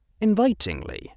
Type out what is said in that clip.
invitingly